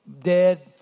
dead